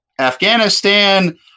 Afghanistan